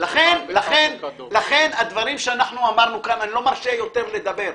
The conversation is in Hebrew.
לא מרשה יותר לדבר.